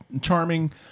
Charming